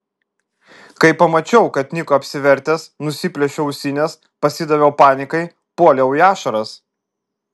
kai pamačiau kad niko apsivertęs nusiplėšiau ausines pasidaviau panikai puoliau į ašaras